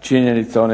činjenica o